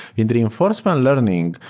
in reinforcement learning,